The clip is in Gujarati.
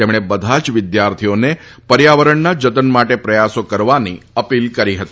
તેમણે બધા જ વિદ્યાર્થીઓને પર્યાવરણના જતન માટે પ્રયાસો કરવાની અપીલ કરી હતી